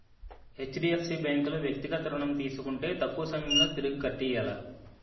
HDFC bank లో వ్యక్తిగత ఋణం తీసుకుంటే తక్కువ సమయంలో తిరిగి కట్టియ్యాల